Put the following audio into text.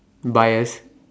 bias